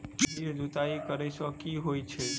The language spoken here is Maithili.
गहिर जुताई करैय सँ की होइ छै?